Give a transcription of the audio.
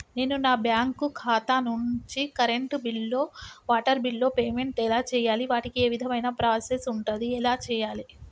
నేను నా బ్యాంకు ఖాతా నుంచి కరెంట్ బిల్లో వాటర్ బిల్లో పేమెంట్ ఎలా చేయాలి? వాటికి ఏ విధమైన ప్రాసెస్ ఉంటది? ఎలా చేయాలే?